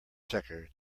checker